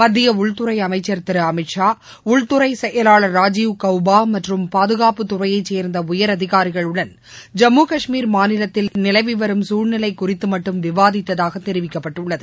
மத்திய உள்துறை அமைச்சர் திரு அமித்ஷா உள்துறைச்செயலாளர் ராஜீவ் கவ்பா மற்றும் பாதுகாப்புத்துறையை சேர்ந்த உயரதிகாரிகளுடன் ஜம்மு கஷ்மீர் மாநிலத்தில் நிலவி வரும் சூழ்நிலை குறித்து மட்டும் விவாதித்ததாக தெரிவிக்கப்பட்டுள்ளது